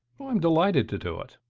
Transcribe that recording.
oh, i'm delighted to do it.